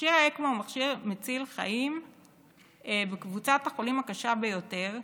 מכשיר אקמו הוא מכשיר מציל חיים בקבוצת החולים הקשה ביותר,